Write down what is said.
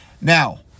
Now